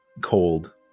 cold